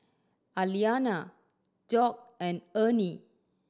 Aliana Dock and Ernie